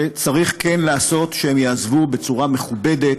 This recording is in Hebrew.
וצריך כן לעשות שהם יעזבו בצורה מכובדת,